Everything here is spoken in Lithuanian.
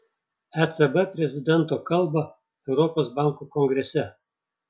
ecb prezidento kalbą europos bankų kongrese